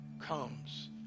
comes